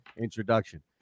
introduction